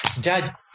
dad